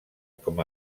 com